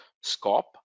scope